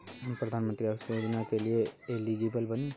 हम प्रधानमंत्री आवास योजना के लिए एलिजिबल बनी?